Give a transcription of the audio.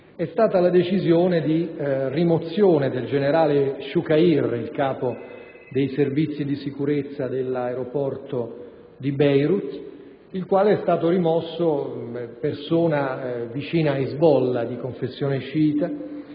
è stata la decisione di rimozione del generale Shukair, capo dei Servizi di sicurezza dell'aeroporto di Beirut, persona vicina ad Hezbollah, di confessione sciita,